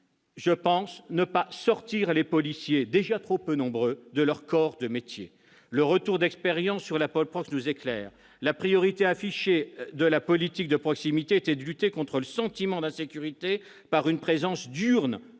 me semble, ne pas sortir les policiers, déjà trop peu nombreux, de leur coeur de métier. Le retour d'expérience sur la polprox nous éclaire. La priorité affichée de la politique de proximité était de lutter contre le sentiment d'insécurité par une présence diurne